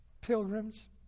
pilgrims